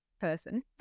person